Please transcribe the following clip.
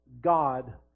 God